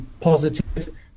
positive